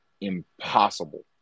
impossible